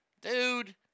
Dude